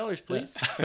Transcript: please